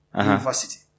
university